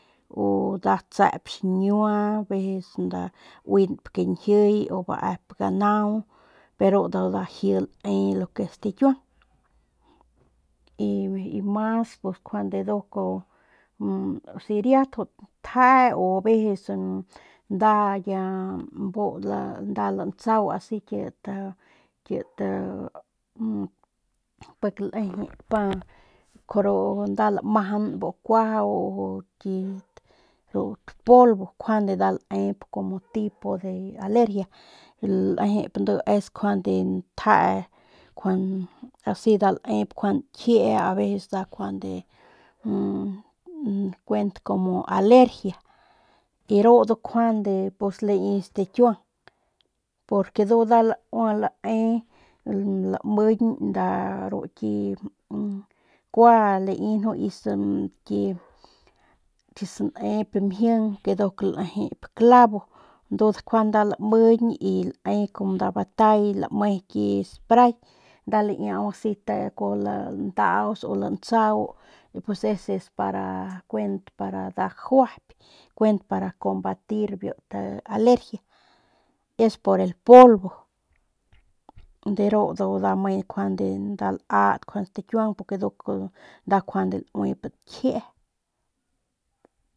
Oh nda sep xiñiua veces nda uinp kañjiy o baep ganau nda laji lae lu que es stakiuang y mas njuande nduk si riat jut ntjee o veces nda ya bu ya tsau kit kit pik lejep u nda lamajan kuajau ki o polvo njuande nda laep njuande tipo alergia lejep es juande ntjee juande asi nda laep njuande ñkjiee a veces juande kuent como alergia y ru ndu njuande pus lai stakiuang porque ndu nda lae lamiñ nda ru ki kua lai pus ki sanep mjing ke nduk lejep clavo ndu juande nda lamiñ lae como nda batay lame ki spray ni laiaau nda kute kuajau landauts u lantsau pues ese es para kuent para nda gajuayp kuent para conbatir biu alergia es por el polvo de ru ndu nda me njuande nda nat stakiuang porque nduk njuande nda lauip nkjiee.